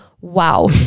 wow